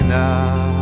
now